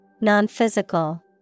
Non-physical